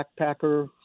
backpacker